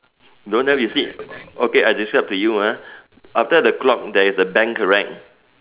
don't have you see okay I describe to you ah after the clock there's a bank correct